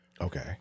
Okay